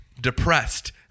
depressed